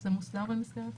אלא אם יופעל המנגנון